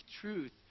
truth